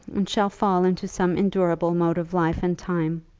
and shall fall into some endurable mode of life in time.